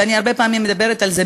ואני הרבה פעמים מדברת על זה,